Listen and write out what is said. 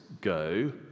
go